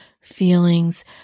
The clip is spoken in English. feelings